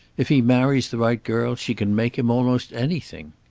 if he marries the right girl she can make him almost anything.